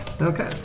Okay